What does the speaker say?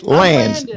lands